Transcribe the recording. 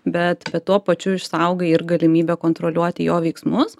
bet tuo pačiu išsaugai ir galimybę kontroliuoti jo veiksmus